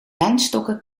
wijnstokken